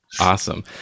Awesome